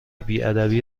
بیادبی